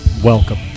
Welcome